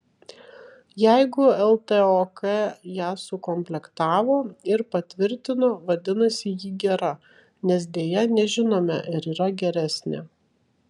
jeigu ltok ją sukomplektavo ir patvirtino vadinasi ji gera nes deja nežinome ar yra geresnė